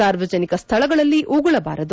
ಸಾರ್ವಜನಿಕ ಸ್ವಳಗಳಲ್ಲಿ ಉಗುಳಬಾರದು